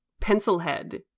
Pencilhead